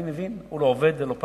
אני מבין, הוא לא עובד, אין לו פרנסה,